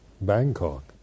Bangkok